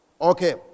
Okay